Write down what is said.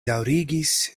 daŭrigis